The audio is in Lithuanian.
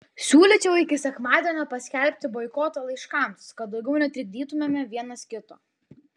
siūlyčiau iki sekmadienio paskelbti boikotą laiškams kad daugiau netrikdytumėme vienas kito